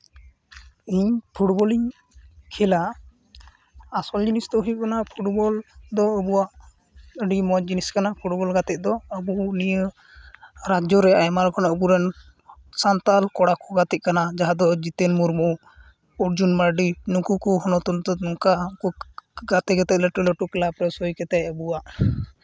ᱤᱧ ᱯᱷᱩᱴᱵᱚᱞᱤᱧ ᱠᱷᱮᱞᱟ ᱟᱥᱚᱞ ᱡᱤᱱᱤᱥ ᱫᱚ ᱦᱩᱭᱩᱜ ᱠᱟᱱᱟ ᱯᱷᱩᱴᱵᱚᱞ ᱫᱚ ᱟᱵᱚᱣᱟᱜ ᱟᱹᱰᱤ ᱢᱚᱡᱽ ᱡᱤᱱᱤᱥ ᱠᱟᱱᱟ ᱯᱷᱩᱴᱵᱚᱞ ᱜᱟᱛᱮ ᱫᱚ ᱟᱵᱚ ᱱᱤᱭᱟᱹ ᱨᱟᱡᱡᱚ ᱨᱮ ᱟᱭᱢᱟ ᱨᱚᱠᱚᱢ ᱟᱵᱚ ᱨᱮᱱ ᱥᱟᱱᱛᱟᱞ ᱠᱚᱲᱟ ᱠᱚ ᱜᱟᱛᱮᱜ ᱠᱟᱱᱟ ᱡᱟᱦᱟᱸ ᱫᱚ ᱡᱤᱛᱮᱱ ᱢᱩᱨᱢᱩ ᱚᱨᱡᱩᱱ ᱢᱟᱨᱰᱤ ᱱᱩᱠᱩ ᱠᱚ ᱱᱚᱝᱠᱟ ᱠᱚ ᱜᱟᱛᱮ ᱠᱟᱛᱮᱫ ᱞᱟᱹᱴᱩ ᱞᱟᱹᱴᱩ ᱠᱞᱟᱵᱽ ᱨᱮ ᱥᱳᱭ ᱠᱟᱛᱮᱫ ᱟᱵᱚᱣᱟᱜ